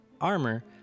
armor